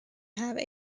have